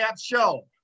show